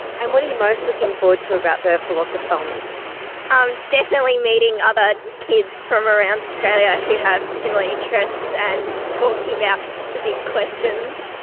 what are you most looking forward to about the philosothon? um um definitely meeting other kids from around australia who have similar interests, and talking about the big questions.